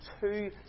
two